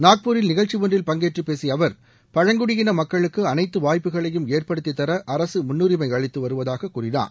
நாக்பூரில் நிகழ்ச்சி ஒன்றில் பங்கேற்று பேசிய அவர் பழங்குடி இன மக்களுக்கு அனைத்து வாய்ப்புகளையும் ஏற்படுத்தி தர அரசு முன்னுரிமை அளித்து வருவதாக கூறினார்